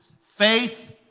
Faith